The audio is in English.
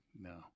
No